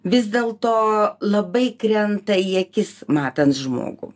vis dėl to labai krenta į akis matant žmogų